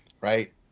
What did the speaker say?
right